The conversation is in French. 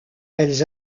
elles